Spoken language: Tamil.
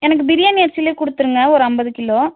எனக்கு பிரியாணி அரிசியிலையே கொடுத்துருங்க ஒரு ஐம்பது கிலோ